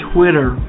Twitter